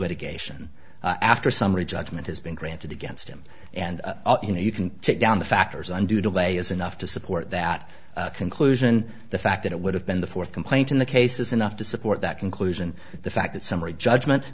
medication after summary judgment has been granted against him and you know you can take down the factors undue delay is enough to support that conclusion the fact that it would have been the fourth complaint in the case is enough to support that conclusion the fact that summary judgment